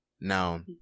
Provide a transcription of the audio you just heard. Now